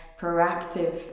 proactive